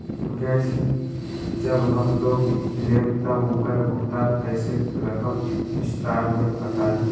Gas जब हम लोग लेम त उकर भुगतान कइसे करम विस्तार मे बताई?